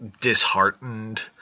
disheartened